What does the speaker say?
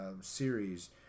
series